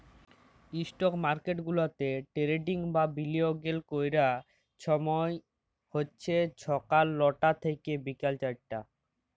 stock market গুলাতে trading বা বিলিয়গের ক্যরার ছময় হছে ছকাল লটা থ্যাইকে বিকাল চারটা